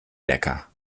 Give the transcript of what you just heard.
lecker